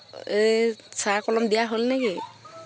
এই চাহত কলম দিয়া হ'ল নে কি